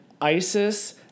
Isis